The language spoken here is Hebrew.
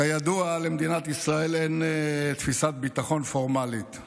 כידוע, למדינת ישראל אין תפיסת ביטחון פורמלית.